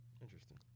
Interesting